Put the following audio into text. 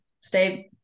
Stay